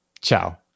Ciao